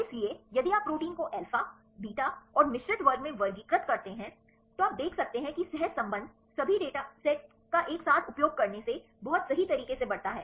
इसलिए यदि आप प्रोटीन को अल्फा बीटा और मिश्रित वर्ग में वर्गीकृत करते हैं तो आप देख सकते हैं कि सहसंबंध सभी डेटासेटों का एक साथ उपयोग करने से बहुत सही तरीके से बढ़ता है